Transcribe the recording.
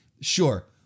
Sure